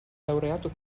laureato